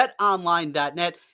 BetOnline.net